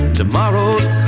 tomorrow's